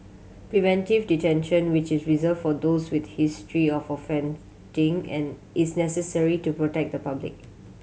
preventive detention which is reserve for those with a history of offending and is necessary to protect the public